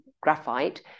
graphite